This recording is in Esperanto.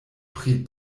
pri